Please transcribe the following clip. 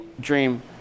dream